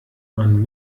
man